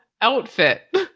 outfit